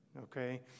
okay